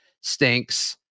stinks